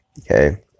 Okay